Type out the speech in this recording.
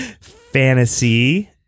Fantasy